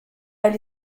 elle